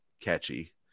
catchy